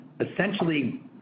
essentially